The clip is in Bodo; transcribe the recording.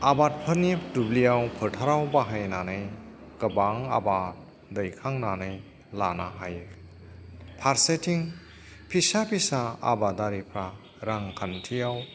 आबादफोरनि फोथाराव दुब्लियाव फोथाराव बाहायनानै गोबां आबाद दैखांनानै लानो हायो फारसेथिं फिसा फिसा आबादारिफ्रा रांखान्थियाव